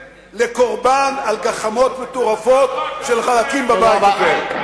לקורבן לגחמות מטורפות של חלקים בבית הזה.